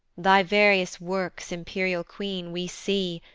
thy various works, imperial queen, we see,